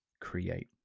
create